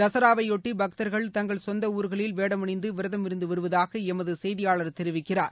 தசராவை பொட்டி பக்தர்கள் தங்கள் சொந்த ஊர்களில் வேடமணிந்து விரதம் இருந்து வருவாத எமது செய்தியாளர் தெரிவிக்கிறார்